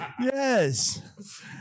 Yes